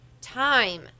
time